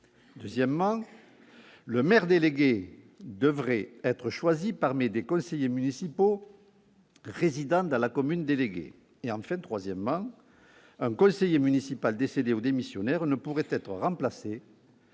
Deuxièmement, le maire délégué devrait être choisi parmi les conseillers municipaux résidant dans la commune déléguée. Troisièmement, un conseiller municipal décédé ou démissionnaire ne pourrait être remplacé